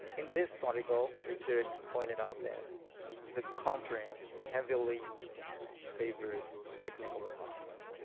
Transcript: in this article, richard pointed out that the conference heavily favors technical talks.